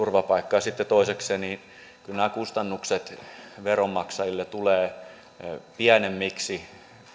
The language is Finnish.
turvapaikkaa sitten toisekseen kyllä nämä kustannukset veronmaksajille tulevat pienemmiksi